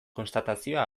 konstatazioa